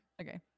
Okay